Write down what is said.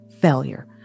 failure